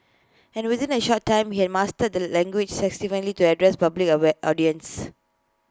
and within A short time he had mastered the language sufficiently to address public away audiences